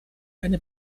eine